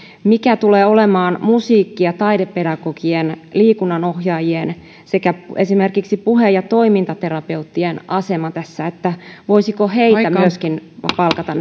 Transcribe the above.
mikä tulee olemaan musiikki ja taidepedagogien liikunnanohjaajien sekä esimerkiksi puhe ja toimintaterapeuttien asema tässä voisiko myöskin heitä palkata